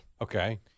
Okay